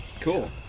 Cool